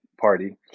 party